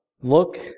Look